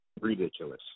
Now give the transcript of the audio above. Ridiculous